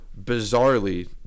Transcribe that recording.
bizarrely